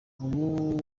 ubu